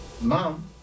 Mom